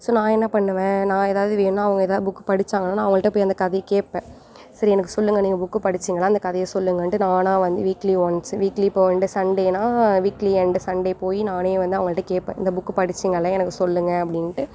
so நான் என்ன பண்ணுவேன் நான் எதாவது வேணுன்னா அவங்க எதாவது புக் படிச்சாங்கன்னா நான் அவங்கள்ட போய் அந்த கதையை கேட்பேன் சரி எனக்கு சொல்லுங்கள் நீங்கள் புக்கு படிச்சிங்களா அந்த கதையை சொல்லுங்கள்ன்ட்டு நானாக வந்து வீக்லி ஒன்ஸ் வீக்லியும் இப்போ வந்து சண்டேன்னா வீக்லி எண்ட் சண்டே போய் நானே வந்து அவங்கள்ட்ட கேட்பேன் இந்த புக் படிச்சிங்களே எனக்கு சொல்லுங்கள் அப்படின்ட்டு